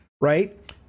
right